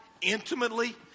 intimately